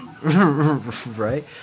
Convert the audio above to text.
right